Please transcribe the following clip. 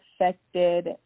affected